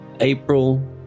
April